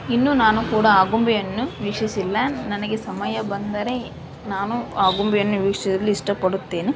ಇನ್ನೂ ನಾನು ಕೂಡ ಆಗುಂಬೆಯನ್ನು ವೀಕ್ಷಿಸಿಲ್ಲ ನನಗೆ ಸಮಯ ಬಂದರೆ ನಾನು ಆಗುಂಬೆಯನ್ನು ವೀಕ್ಷಿಸಲು ಇಷ್ಟಪಡುತ್ತೇನೆ